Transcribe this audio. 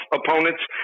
opponents